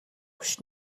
биш